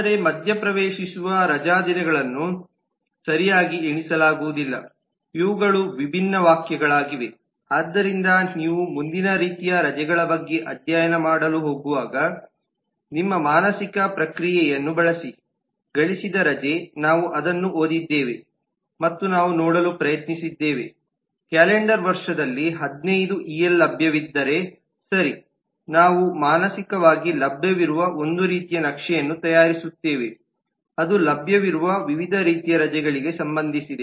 ಆದರೆ ಮಧ್ಯಪ್ರವೇಶಿಸುವ ರಜಾದಿನಗಳನ್ನು ಸರಿಯಾಗಿ ಎಣಿಸಲಾಗುವುದಿಲ್ಲ ಇವುಗಳು ವಿಭಿನ್ನ ವಾಕ್ಯಗಳಾಗಿವೆ ಆದ್ದರಿಂದ ನೀವು ಮುಂದಿನ ರೀತಿಯ ರಜೆಗಳ ಬಗ್ಗೆ ಅಧ್ಯಯನ ಮಾಡಲು ಹೋಗುವಾಗ ನಿಮ್ಮ ಮಾನಸಿಕ ಪ್ರಕ್ರಿಯೆಯನ್ನು ಬಳಸಿ ಗಳಿಸಿದ ರಜೆ ನಾವು ಅದನ್ನು ಓದಿದ್ದೇವೆ ಮತ್ತು ನಾವು ನೋಡಲು ಪ್ರಯತ್ನಿಸಿದ್ದೇವೆ ಕ್ಯಾಲೆಂಡರ್ ವರ್ಷದಲ್ಲಿ 15 ಇಎಲ್ ಲಭ್ಯವಿದ್ದರೆ ಸರಿ ನಾವು ಮಾನಸಿಕವಾಗಿ ಲಭ್ಯವಿರುವ ಒಂದು ರೀತಿಯ ನಕ್ಷೆಯನ್ನು ತಯಾರಿಸುತ್ತೇವೆ ಅದು ಲಭ್ಯವಿರುವ ವಿವಿಧ ರೀತಿಯ ರಜೆಗಳಿಗೆ ಸಂಬಂಧಿಸಿದೆ